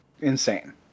insane